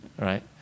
Right